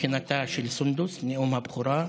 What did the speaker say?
מבחינתה של סונדוס, נאום הבכורה.